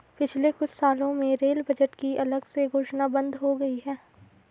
पिछले कुछ सालों में रेल बजट की अलग से घोषणा बंद हो गई है